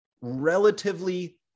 relatively